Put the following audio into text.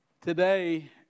Today